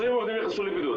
20 עובדים נכנסו לבידוד.